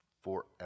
forever